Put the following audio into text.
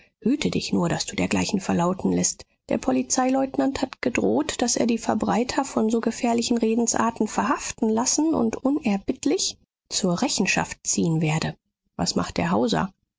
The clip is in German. hüte dich nur daß du dergleichen verlauten läßt der polizeileutnant hat gedroht daß er die verbreiter von so gefährlichen redensarten verhaften lassen und unerbittlich zur rechenschaft ziehen werde was macht der